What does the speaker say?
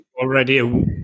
already